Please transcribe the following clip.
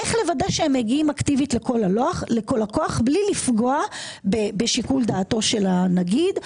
איך לוודא שהם מגיעים אקטיבית לכל לקוח בלי לפגוע בשיקול דעתו של הנגיד.